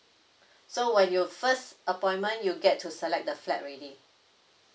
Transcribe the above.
so when you first appointment you get to select the flat already